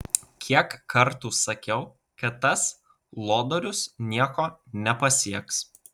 kiek kartų sakiau kad tas lodorius nieko nepasieks